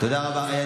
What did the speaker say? תודה רבה.